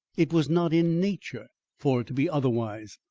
it was not in nature for it to be otherwise.